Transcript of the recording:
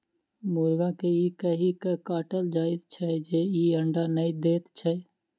मुर्गा के ई कहि क काटल जाइत छै जे ई अंडा नै दैत छै